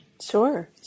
sure